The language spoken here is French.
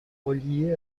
reliées